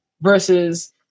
versus